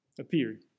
appeared